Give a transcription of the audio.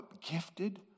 gifted